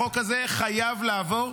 החוק הזה חייב לעבור,